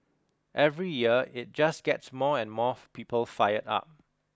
every year it just gets more and more people fired up